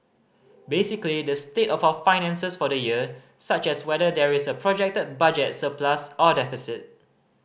basically the state of our finances for the year such as whether there is a projected budget surplus or deficit